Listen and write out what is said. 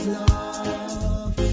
love